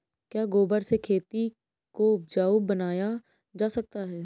क्या गोबर से खेती को उपजाउ बनाया जा सकता है?